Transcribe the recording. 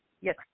Yes